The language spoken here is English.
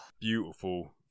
Beautiful